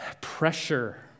pressure